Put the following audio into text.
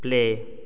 play